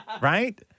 Right